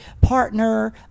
partner